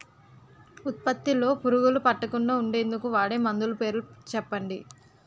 ఉత్పత్తి లొ పురుగులు పట్టకుండా ఉండేందుకు వాడే మందులు పేర్లు చెప్పండీ?